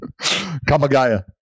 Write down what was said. Kamagaya